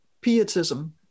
pietism